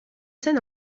scène